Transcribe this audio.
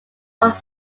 all